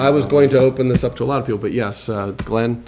i was going to open this up to a lot of people but yes glen